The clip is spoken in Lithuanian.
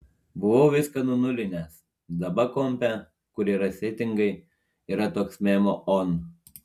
buvau viską nunulinęs daba kompe kur yra setingai yra toks memo on